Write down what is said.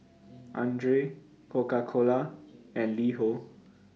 Andre Coca Cola and LiHo